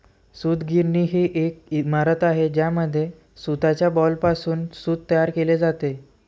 सूतगिरणी ही एक इमारत आहे ज्यामध्ये सूताच्या बॉलपासून सूत तयार केले जाते